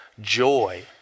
joy